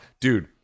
Dude